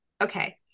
Okay